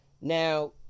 Now